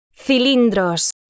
Cilindros